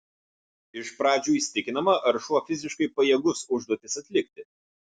iš pradžių įsitikinama ar šuo fiziškai pajėgus užduotis atlikti